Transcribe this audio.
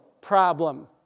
problem